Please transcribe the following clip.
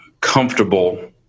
comfortable